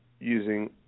using